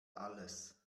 alles